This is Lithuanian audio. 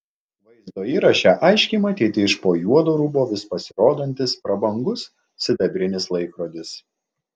vaizdo įraše aiškiai matyti iš po juodo rūbo vis pasirodantis prabangus sidabrinis laikrodis